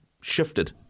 shifted